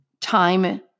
time